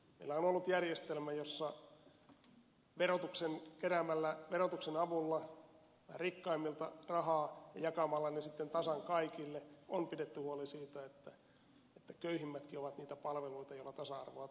meillä on ollut järjestelmä jossa keräämällä verotuksen avulla rikkaimmilta rahaa ja jakamalla ne sitten tasan kaikille on pidetty huoli siitä että köyhimmätkin ovat voineet saada niitä palveluita joilla tasa arvoa turvataan